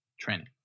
training